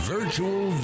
Virtual